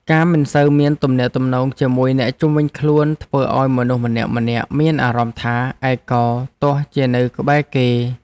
ការមិនសូវមានទំនាក់ទំនងជាមួយអ្នកជុំវិញខ្លួនធ្វើឱ្យមនុស្សម្នាក់ៗមានអារម្មណ៍ថា ឯកោទោះជានៅក្បែរគេ។